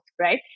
right